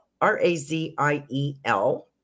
R-A-Z-I-E-L